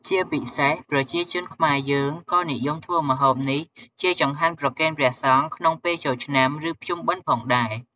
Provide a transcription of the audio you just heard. ជាពិសេស ប្រជាជនខ្មែរយើងក៏និយមធ្វើម្ហូបនេះជាចង្ហាន់ប្រគេនព្រះសង្ឃក្នុងពេលចូលឆ្នាំ ឬ ភ្ជុំបិណ្ឌផងដែរ។